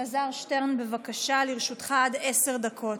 אלעזר שטרן, בבקשה, לרשותך עד עשר דקות.